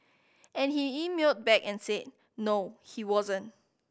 and he emailed back and said no he wasn't